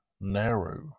narrow